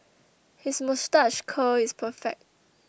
his moustache curl is perfect